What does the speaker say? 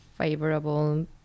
Favorable